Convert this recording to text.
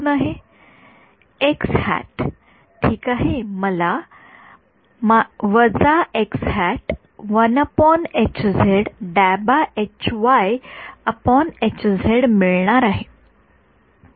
विद्यार्थी x hat ठीक आहे मला मिळणार आहे